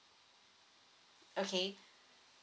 okay